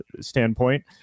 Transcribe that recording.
standpoint